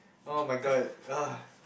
!oh-my-god! !ugh!